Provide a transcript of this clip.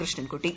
Krishnankutty